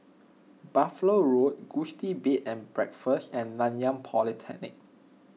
Buffalo Road Gusti Bed and Breakfast and Nanyang Polytechnic